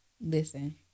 Listen